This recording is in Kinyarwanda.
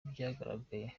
byagaragaye